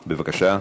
בבקשה.